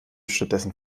stattdessen